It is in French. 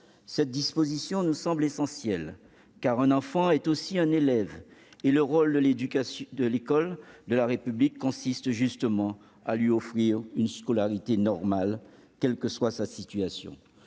Cette disposition nous semble essentielle, car un enfant est aussi un élève. Le rôle de l'école de la République est justement de lui offrir une scolarité normale, quelle que soit sa situation.